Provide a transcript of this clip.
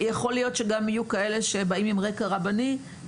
יכול להיות שיהיו כאלה שבאים עם רקע רבני,